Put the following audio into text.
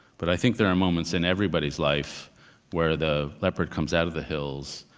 but i think there are moments in everybody's life where the leopard comes out of the hills,